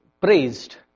praised